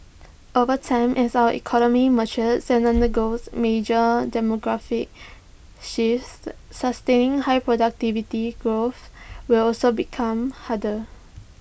over time as our economy matures and undergoes major demographic shifts sustaining high productivity growth will also become harder